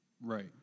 Right